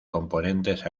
componentes